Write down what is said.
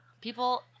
people